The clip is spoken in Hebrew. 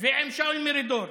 ועם שאול מרידור,